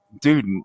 dude